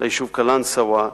ליישוב קלנסואה,